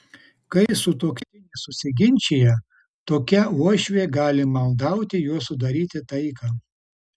kai sutuoktiniai susiginčija tokia uošvė gali maldauti juos sudaryti taiką